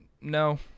No